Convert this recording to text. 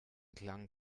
klang